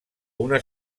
una